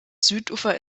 südufer